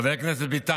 חבר הכנסת ביטן,